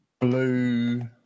blue